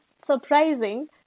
surprising